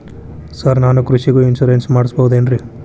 Sir ನಾನು ಕೃಷಿಗೂ insurance ಮಾಡಸಬಹುದೇನ್ರಿ?